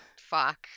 fuck